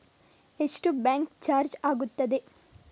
ಎಷ್ಟು bank charge ಆಗುತ್ತದೆ?